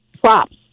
props